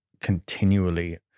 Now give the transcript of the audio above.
continually